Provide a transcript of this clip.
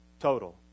Total